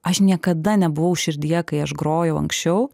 aš niekada nebuvau širdyje kai aš grojau anksčiau